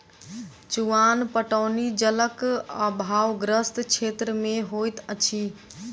चुआन पटौनी जलक आभावग्रस्त क्षेत्र मे होइत अछि